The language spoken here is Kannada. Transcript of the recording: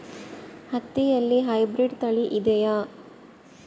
ಹತ್ತಿಯಲ್ಲಿ ಹೈಬ್ರಿಡ್ ತಳಿ ಇದೆಯೇ?